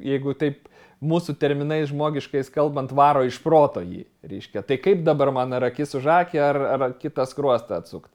jeigu taip mūsų terminais žmogiškais kalbant varo iš proto jį reiškia tai kaip dabar man ar akis už akį ar ar kitą skruostą atsukt